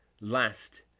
last